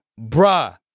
bruh